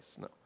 No